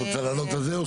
את רוצה לענות על זה?